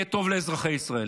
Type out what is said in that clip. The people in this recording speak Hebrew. ויהיה טוב לאזרחי ישראל.